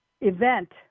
event